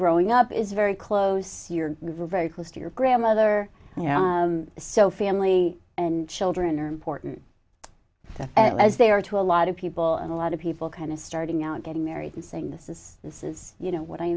growing up is very close you're very close to your grandmother so family and children are important as they are to a lot of people and a lot of people kind of starting out getting married and saying this is this is you know what i